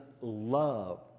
love